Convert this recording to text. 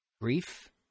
grief